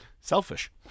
selfish